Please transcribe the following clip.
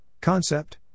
Concept